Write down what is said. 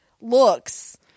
looks